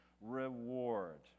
reward